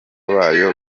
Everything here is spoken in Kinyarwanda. bayo